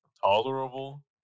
tolerable